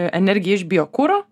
energiją iš biokuro